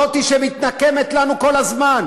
זאת שמתנכלת לנו כל הזמן.